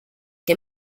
que